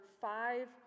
five